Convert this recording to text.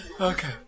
Okay